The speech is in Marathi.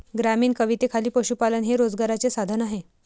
ग्रामीण कवितेखाली पशुपालन हे रोजगाराचे साधन आहे